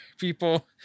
people